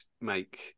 make